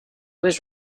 was